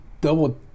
double